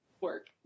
work